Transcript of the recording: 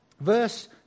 Verse